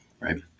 right